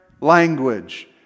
language